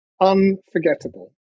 unforgettable